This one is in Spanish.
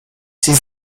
sin